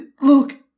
look